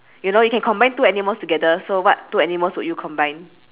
you know you can combine two animals together so what two animals would you combine